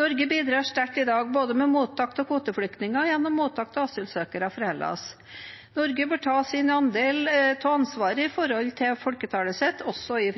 Norge bidrar sterkt i dag, både med mottak av kvoteflyktninger og gjennom mottak av asylsøkere fra Hellas. Norge bør ta sin andel av ansvaret i forhold til folketallet sitt også i